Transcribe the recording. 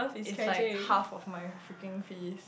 is like half of my freaking fees